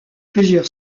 plusieurs